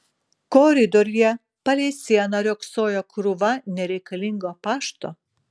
koridoriuje palei sieną riogsojo krūva nereikalingo pašto